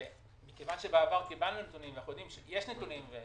מכיוון שבעבר קיבלנו נתונים אנחנו יודעים שיש נתונים כאלה,